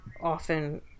often